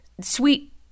sweet